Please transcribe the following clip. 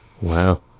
Wow